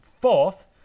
Fourth